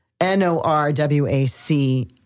N-O-R-W-A-C